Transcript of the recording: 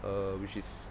err which is